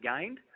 gained